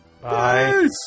Bye